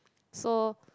so